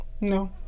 No